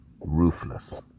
ruthless